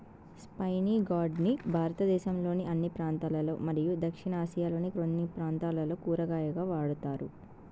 spiny gourd ని భారతదేశంలోని అన్ని ప్రాంతాలలో మరియు దక్షిణ ఆసియాలోని కొన్ని ప్రాంతాలలో కూరగాయగా వాడుతారు